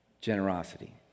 generosity